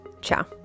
ciao